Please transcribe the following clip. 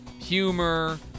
humor